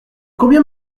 combien